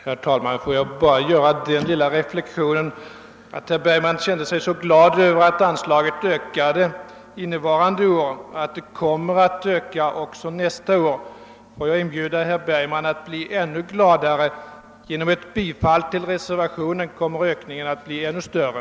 Herr talman! Herr Bergman var så glad över att anslaget ökade för innevarande år och kommer att öka också nästa år. Jag inbjuder honom att bli ännu gladare: genom ett bifall till reservationen kommer ökningen att bli ännu större.